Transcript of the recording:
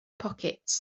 pockets